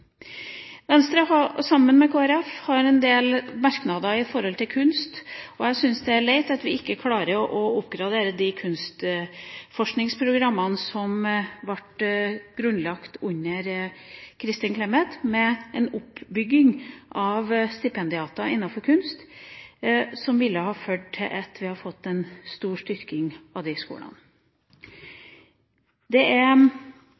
Venstre har, sammen med Kristelig Folkeparti, en del merknader når det gjelder kunst, og jeg syns det er leit at vi ikke klarer å oppgradere de kunstforskningsprogrammene som ble grunnlagt under Kristin Clemet, med en oppbygging av stipendiater innenfor kunst, som ville ha ført til at vi hadde fått en stor styrking av disse skolene. Uansett hvordan man vrir og vender på det,